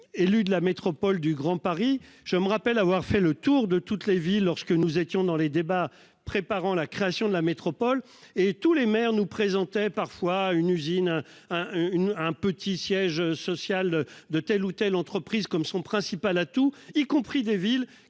élu de la métropole du Grand Paris. Je me rappelle avoir fait le tour de toutes les villes lorsque nous étions dans les débats préparant la création de la métropole et tous les maires nous présentait parfois une usine un une un petit siège social de telle ou telle entreprise comme son principal atout, y compris des villes